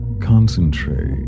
Concentrate